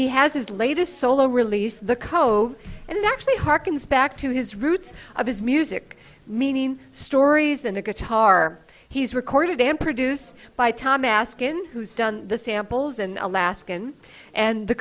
he has his latest solo release the code and actually harkens back to his roots of his music meaning stories and a guitar he's recorded and produced by tom asked in who's done the samples and alaskan and the